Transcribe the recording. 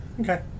Okay